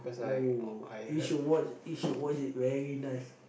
oh you should watch you should watch it very nice